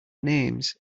names